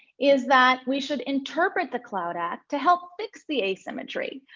is that we should interpret the cloud act to help fix the asymmetry.